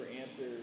answers